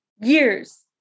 years